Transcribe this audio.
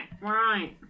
right